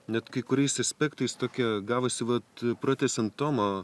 net kai kuriais aspektais tokia gavosi vat pratęsiant tomo